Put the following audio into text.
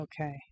Okay